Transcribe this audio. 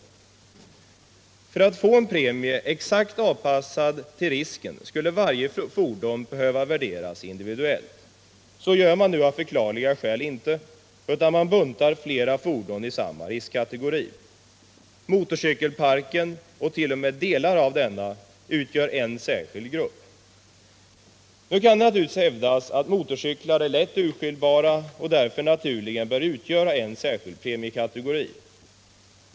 För att man skall få en premie exakt avpassad till risken skulle varje fordon behöva värderas individuellt. Så gör man av förklarliga skäl inte, utan man buntar flera fordon i samma riskkategori. Motorcykelparken —- och t.o.m. delar av denna — utgör en särskild grupp. Det kan naturligtvis sägas att motorcyklar är lätt urskiljbara och därför naturligen bör utgöra en särskild premiekategori.